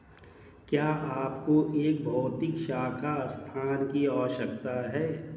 क्या आपको एक भौतिक शाखा स्थान की आवश्यकता है?